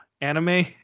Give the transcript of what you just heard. anime